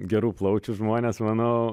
gerų plaučių žmonės manau